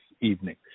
evening